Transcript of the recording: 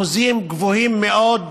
ובאחוזים גבוהים מאוד,